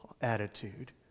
attitude